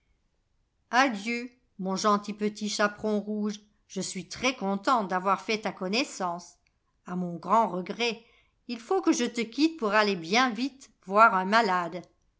adieu mon gentil petit chaperon rouge je suis très-content d'avoir fait ta connaissance a mon grand regret il faut que je te quitte pour aller bien vite voir un malade